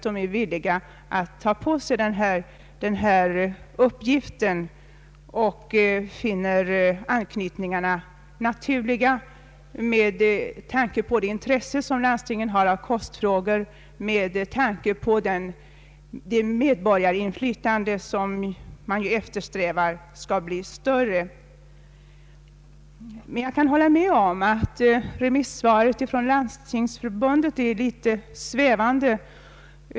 De är villiga att ta på sig denna uppgift och finner anknytningarna naturliga med tanke på det intresse som landstingen har av kostfrågor och med tanke på att man eftersträvar större medborgarinflytande. Men jag kan hålla med om att remissvaret från landstingsförbundet är litet svävande.